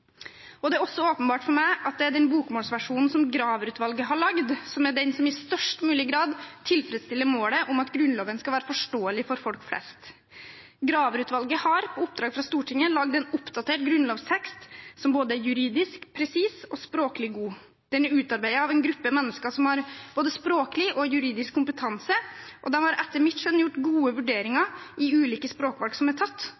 Det er også åpenbart for meg at den bokmålsversjonen som Graver-utvalget har laget, er den som i størst mulig grad tilfredsstiller målet om at Grunnloven skal være forståelig for folk flest. Graver-utvalget har, på oppdrag fra Stortinget, laget en oppdatert grunnlovstekst som er både juridisk presis og språklig god. Den er utarbeidet av en gruppe mennesker som har både språklig og juridisk kompetanse, og de har etter mitt skjønn gjort gode vurderinger i ulike språkvalg som er tatt,